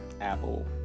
Apple